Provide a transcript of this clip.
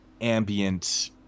ambient